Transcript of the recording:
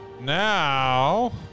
now